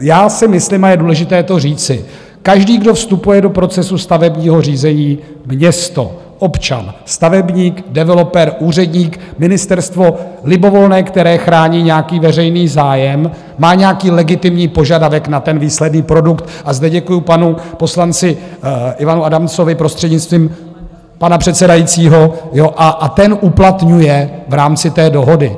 Já si myslím, a je důležité to říci, každý, kdo vstupuje do procesu stavebního řízení město, občan, stavebník, developer, úředník, ministerstvo libovolné, které chrání nějaký veřejný zájem má nějaký legitimní požadavek na výsledný produkt a zde děkuju panu poslanci Ivanu Adamcovi, prostřednictvím pana předsedajícího a ten uplatňuje v rámci té dohody.